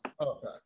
okay